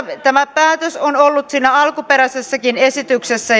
tämä päätös on ollut siinä alkuperäisessäkin esityksessä